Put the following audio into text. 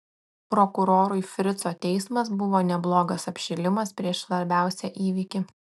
prokurorui frico teismas buvo neblogas apšilimas prieš svarbiausią įvykį